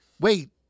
wait